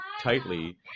tightly